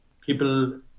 people